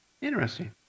Interesting